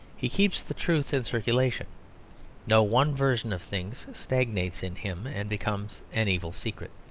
he keeps the truth in circulation no one version of things stagnates in him and becomes an evil secret.